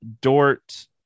Dort